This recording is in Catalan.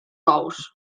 ous